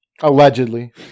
Allegedly